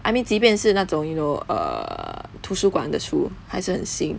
I mean 即便是那种 you know err 图书馆的书还是很新